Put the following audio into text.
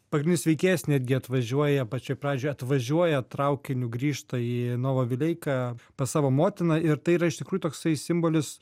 pagrindinis veikėjas netgi atvažiuoja pačioj pradžioj atvažiuoja traukiniu grįžta į nova vileiką pas savo motiną ir tai yra iš tikrųjų toksai simbolis